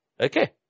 Okay